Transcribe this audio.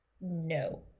No